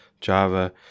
Java